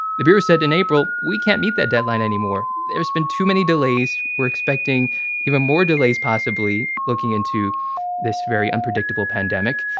the bureau said in april we can't meet that deadline anymore. there's been too many delays. we're expecting even more delays, possibly looking into this very unpredictable pandemic.